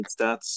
stats